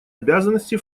обязанности